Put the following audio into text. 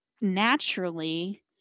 naturally